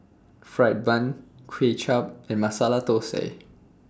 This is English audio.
Fried Bun Kway Chap and Masala Thosai